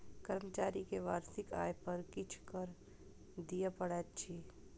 कर्मचारी के वार्षिक आय पर किछ कर दिअ पड़ैत अछि